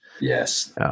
Yes